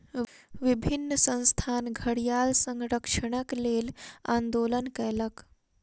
विभिन्न संस्थान घड़ियाल संरक्षणक लेल आंदोलन कयलक